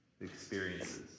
experiences